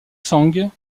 sang